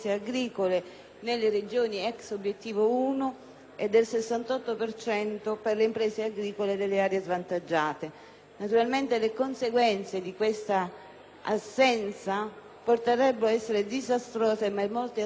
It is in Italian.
per cento per le imprese agricole nelle aree svantaggiate. Naturalmente, le conseguenze di questa mancata proroga potrebbero essere disastrose per molte aziende già colpite dagli aumenti dei costi di produzione